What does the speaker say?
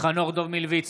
חנוך דב מלביצקי,